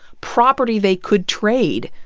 property they could trade,